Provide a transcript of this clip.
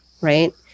Right